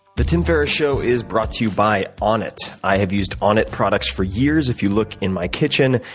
the tim ferriss show is brought to you by onnit. i have used onnit products for years. if you look in my kitchen,